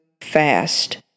fast